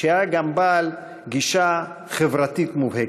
שהיה גם בעל גישה חברתית מובהקת.